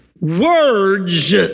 Words